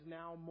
now